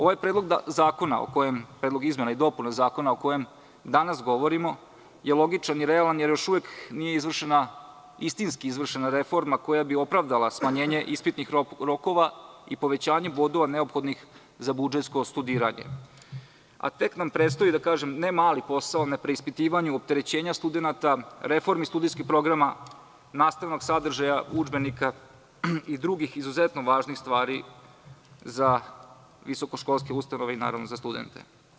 Ovaj predlog zakona, predlog izmena i dopuna zakona o kojem danas govorimo je logičan i realan jer još uvek nije izvršena istinski reforma koja bi opravdala smanjenje ispitnih rokova i povećanje bodova neophodnih za budžetsko studiranje, a tek nam predstoji ne mali posao na preispitivanju opterećenja studenata, reformi studentskih programa, nastavnog sadržaja udžbenika i drugih izuzetno važnih stvari za visokoškolske ustanove i naravno za studente.